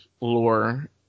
lore